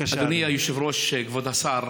אדוני היושב-ראש, כבוד השר,